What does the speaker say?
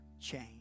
Change